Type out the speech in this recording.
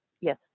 yes